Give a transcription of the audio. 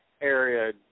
Area